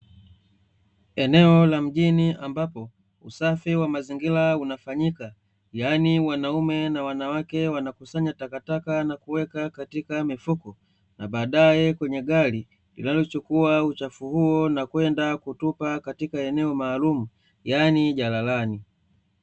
Eneo la mjini ambapo usafi wa mazingira unafanyika, yaani wanaume na wanawake wanakusanya takataka na kuweka katika mifuko na baadae kwenye gari linalochukua uchafu huo na kwenda kutupa katika eneo maalumu, yaani jalalani.